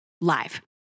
live